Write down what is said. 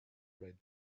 read